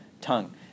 tongue